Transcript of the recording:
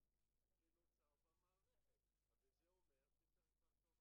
אבל הוא קבע שבתנאים מסוימים --- המדינה